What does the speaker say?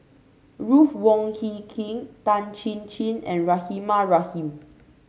Ruth Wong Hie King Tan Chin Chin and Rahimah Rahim